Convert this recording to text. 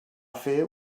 fer